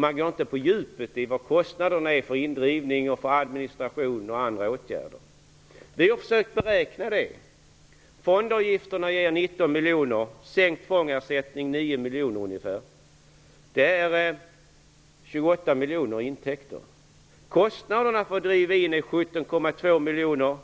Man går inte på djupet med kostnaderna för indrivning, administration och andra åtgärder. Vi har försökt beräkna dessa kostnader. Fondavgifterna ger 19 miljoner, och sänkt fångersättning ger ungefär 9 miljoner. Detta gör 28 miljoner i intäkter. Indrivningskostnaderna är 17,2 miljoner,